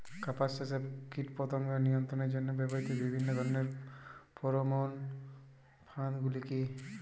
কাপাস চাষে কীটপতঙ্গ নিয়ন্ত্রণের জন্য ব্যবহৃত বিভিন্ন ধরণের ফেরোমোন ফাঁদ গুলি কী?